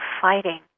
fighting